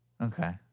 Okay